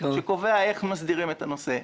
שקובע איך מסדירים את הנושא.